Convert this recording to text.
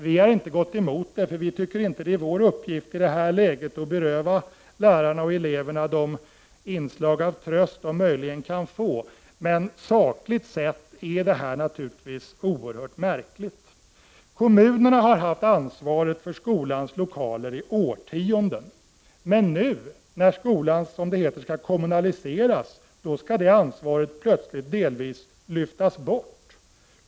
Vi har inte gått emot det, för vi tycker inte att det är vår uppgift att i detta läge beröva lärare och elever de inslag av tröst som de möjligen kan få, men sakligt sett är detta naturligtvis oerhört märkligt. Kommunerna har haft ansvaret för skolans lokaler i årtionden. Men nu när skolan skall kommunaliseras, skall detta ansvar delvis plötsligt lyftas bort.